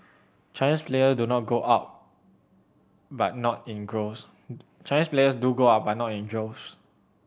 Chinese players do go out but not in groves Chinese players do go out but not in droves